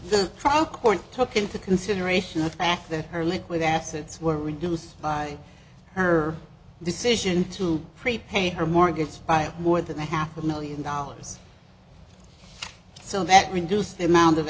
trial court took into consideration the fact that her liquid assets were reduced by her decision to prepay her mortgage by more than a half a million dollars so that reduced the amount of